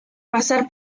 pasar